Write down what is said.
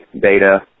beta